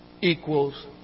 equals